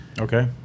Okay